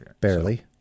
Barely